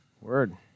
Word